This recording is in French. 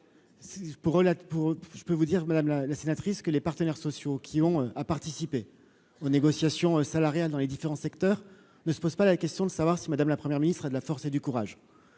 je peux vous dire madame la sénatrice que les partenaires sociaux qui ont a participé aux négociations salariales dans les différents secteurs ne se pose pas la question de savoir si Madame la première ministre et de la force et du courage,